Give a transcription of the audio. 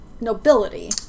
nobility